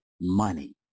money